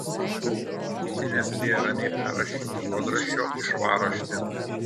kiti nespėja ramiai perrašyti juodraščio į švarraštį